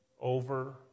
over